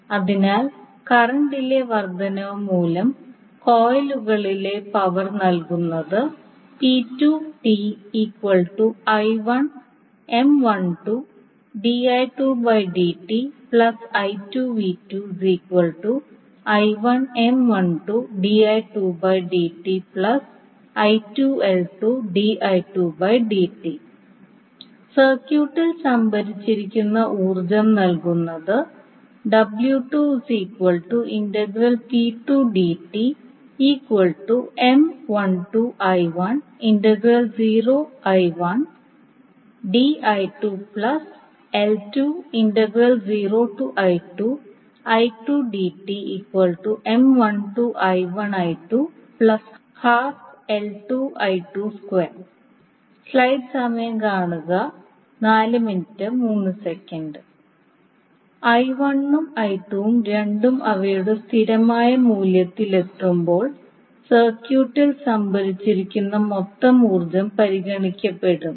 അതിനാൽ കറന്റിലെ വർദ്ധനവ് മൂലം കോയിലുകളിലെ പവർ നൽകുന്നത് സർക്യൂട്ടിൽ സംഭരിച്ചിരിക്കുന്ന ഊർജ്ജം നൽകുന്നത് ഉം ഉം രണ്ടും അവയുടെ സ്ഥിരമായ മൂല്യത്തിൽ എത്തുമ്പോൾ സർക്യൂട്ടിൽ സംഭരിച്ചിരിക്കുന്ന മൊത്തം ഊർജ്ജം പരിഗണിക്കപ്പെടും